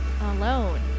alone